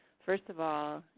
first of all,